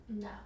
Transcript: no